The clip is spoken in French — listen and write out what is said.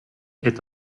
est